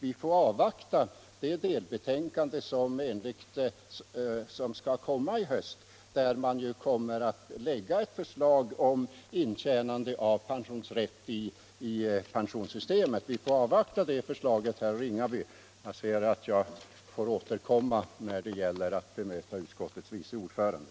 Vi får, herr Ringaby, avvakta det delbetänkande som skall komma i höst och där pensionskommittén kommer att lägga ett förslag om intjänande av pensionsrätt i pensionssystemet. Jag ser att min repliktid är ute, så jag får återkomma för att bemöta utskottets vice ordförande.